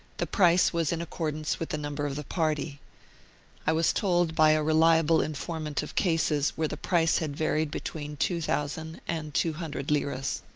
the price was in accordance with the number of the party i was told by a reliable informant of cases where the price had varied between two thousand and two hundred liras.